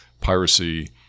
piracy